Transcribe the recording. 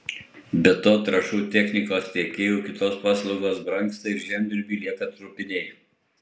be to trąšų technikos tiekėjų kitos paslaugos brangsta ir žemdirbiui lieka trupiniai